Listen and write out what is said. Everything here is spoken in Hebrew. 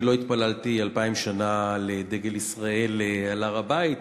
אני לא התפללתי אלפיים שנה לדגל ישראל על הר-הבית,